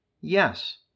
Yes